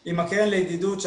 ויש לנו גם יחידות אחרות